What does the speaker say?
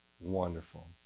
wonderful